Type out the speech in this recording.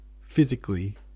physically